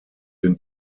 den